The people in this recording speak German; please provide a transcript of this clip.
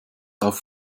auf